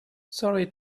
sorry